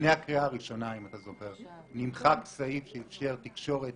לפני הקריאה הראשונה נמחק סעיף שאפשר תקשורת